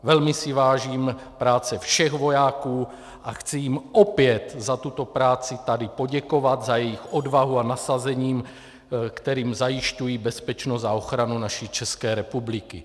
Velmi si vážím práce všech vojáků a chci jim opět za tuto práci tady poděkovat, za jejich odvahu a nasazení, kterým zajišťují bezpečnost a ochranu naší České republiky.